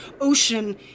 ocean